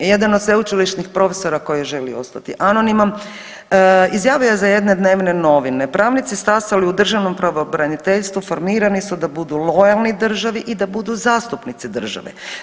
Jedan od sveučilišnih profesora koji je želio ostati anoniman izjavio je za jedne dnevne novine, pravnici stasali u državnom pravobraniteljstvu formirani su da budu lojalni državi i da budu zastupnici države.